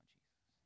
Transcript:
Jesus